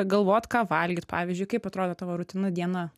galvot ką valgyt pavyzdžiui kaip atrodo tavo rutina diena